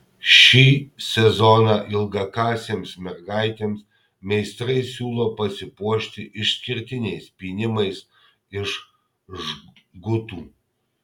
šį sezoną ilgakasėms mergaitėms meistrai siūlo pasipuošti išskirtiniais pynimais iš žgutų